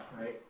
right